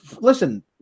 listen